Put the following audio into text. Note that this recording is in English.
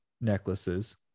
necklaces